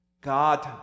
God